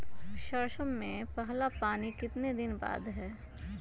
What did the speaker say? सरसों में पहला पानी कितने दिन बाद है?